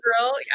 girl